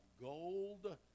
gold